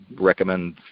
recommend